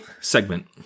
segment